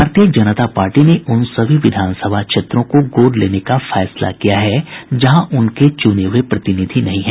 भारतीय जनता पार्टी ने उन सभी विधानसभा क्षेत्रों को गोद लेने का फैसला किया है जहां उनके चूने हये प्रतिनिधि नहीं हैं